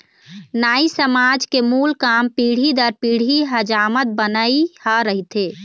नाई समाज के मूल काम पीढ़ी दर पीढ़ी हजामत बनई ह रहिथे